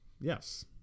Yes